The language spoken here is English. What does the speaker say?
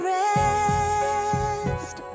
rest